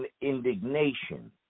indignation